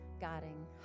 guarding